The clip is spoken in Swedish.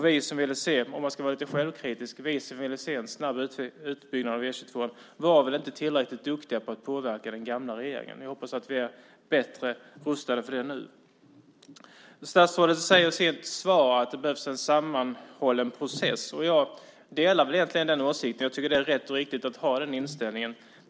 Vi som, om man ska vara lite självkritisk, ville se en snabb utbyggnad av E 22 var väl inte tillräckligt duktiga på att påverka den gamla regeringen. Vi hoppas att vi är bättre rustade för det nu. Statsrådet säger i sitt svar att det behövs en sammanhållen process. Jag delar egentligen den åsikten. Jag tycker att det är rätt och riktigt att ha den inställningen.